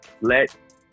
Let